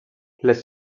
les